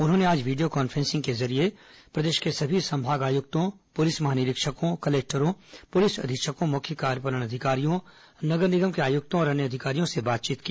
उन्होंने आज video conferencing के जरिये प्रदेश के सभी संभाग आयुक्तों पुलिस महानिरीक्षकों कलेक्टर पुलिस अधीक्षक मुख्य कार्यपालन अधिकारी नगर निगम के आयुक्त और अन्य अधिकारियों से बातचीत की